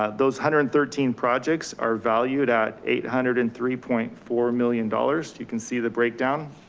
ah those hundred and thirteen projects are valued at eight hundred and three point four million dollars. you can see the breakdown.